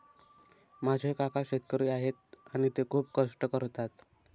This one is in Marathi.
माझे काका शेतकरी आहेत आणि ते खूप कष्ट करतात